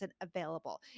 available